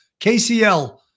KCL